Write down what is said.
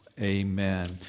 amen